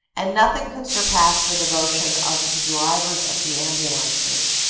and nothing could surpass the devo tion of the drivers of the ambulances.